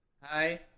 Hi